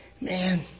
man